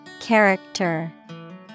Character